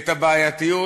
את הבעייתיות,